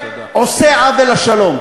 עושה עוול לשלום.